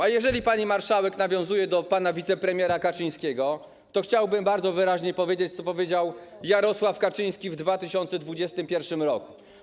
A jeżeli pani marszałek nawiązuje do pana wicepremiera Kaczyńskiego, to chciałbym bardzo wyraźnie przypomnieć, co powiedział Jarosław Kaczyński w 2021 r.